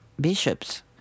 bishops